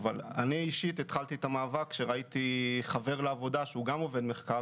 אני אישית התחלתי את המאבק כשראיתי חבר שהוא גם עובד מחקר,